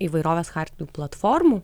įvairovės chartijų platformų